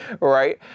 Right